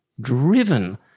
Driven